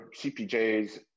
CPJ's